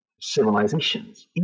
civilizations